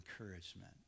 encouragement